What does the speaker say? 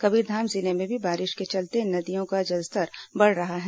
कबीरधाम जिले में भी बारिश के चलते नदियों का जलस्तर बढ़ रहा है